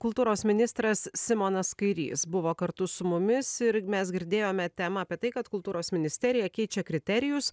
kultūros ministras simonas kairys buvo kartu su mumis ir mes girdėjome temą apie tai kad kultūros ministerija keičia kriterijus